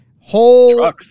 whole